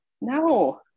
no